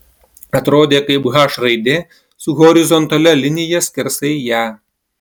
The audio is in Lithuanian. atrodė kaip h raidė su horizontalia linija skersai ją